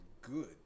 good